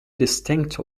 distinct